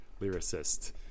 lyricist